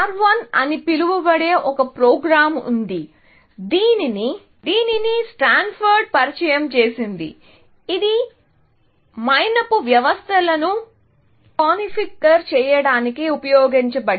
R1 అని పిలువబడే ఒక ప్రోగ్రామ్ ఉంది దీనిని స్టాన్ఫోర్డ్ పరిచయం చేసింది ఇది మైనపు వ్యవస్థలను కాన్ఫిగర్ చేయడానికి ఉపయోగించబడింది